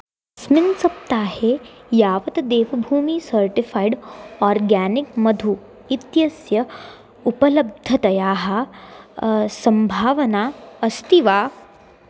अस्मिन् सप्ताहे यावत् देवभूमिः सर्टिफ़ैड् आर्गानिक् मधुः इत्यस्य उपलब्धतायाः सम्भावना अस्ति वा